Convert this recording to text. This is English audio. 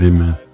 Amen